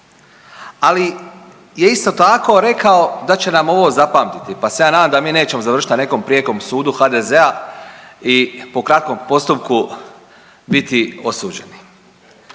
Ali je isto tako rekao da će nam ovo zapamtiti, pa se ja nadam da mi nećemo završiti na nekom prijekom sudu HDZ-a i po kratkom postupku biti osuđeni.